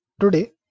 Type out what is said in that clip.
today